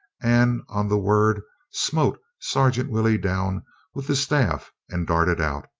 and on the word smote sergeant willey down with the staff and darted out,